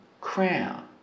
crown